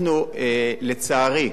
אנחנו, לצערי,